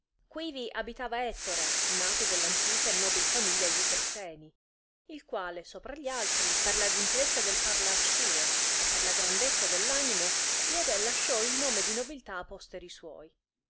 ingegni quivi abitava ettore nato dell'antica e nobil famiglia di dreseni il quale sopra gli altri per la gentilezza del parlar suo e per la grandezza dell'animo diede e lasciò il nome di nobiltà a posteri suoi